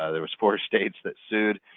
ah there was four states that sued.